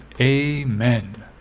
amen